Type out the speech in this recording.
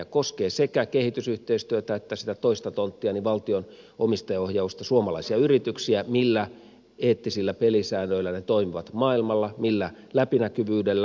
se koskee sekä kehitysyhteistyötä että sitä toista tonttiani valtion omistajaohjausta suomalaisia yrityksiä millä eettisillä pelisäännöillä ne toimivat maailmalla millä läpinäkyvyydellä